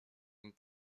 und